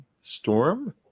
Storm